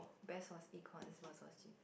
best was econs worst was G_P